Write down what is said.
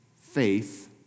faith